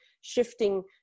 shifting